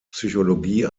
psychologie